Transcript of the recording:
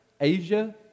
Asia